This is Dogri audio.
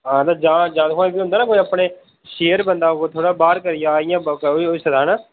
आं ते जां जां दिक्खो ना केह् होंदा ना के अपने शेयर बंदा कोई थोह्ड़ा बाहर करी आं इयां होई सकदा ना